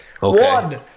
One